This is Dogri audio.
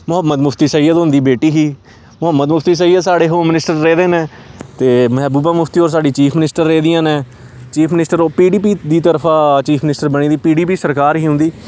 मुहम्मद मुफ्त सैयद होंदी बेटी ही मुहम्मद मुफ्ती सैयद साढ़े होम मिनिस्टर रेह्दे न ते महबूबा मुफ्ती होर साढ़ी चीफ मिनिस्टर रेह्दियां न चीफ मिनिस्टर ओह् पीडीपी दी तरफा चीफ मिनिस्टर बनी दी पीडीपी सरकार ही उं'दी